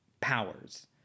powers